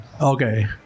Okay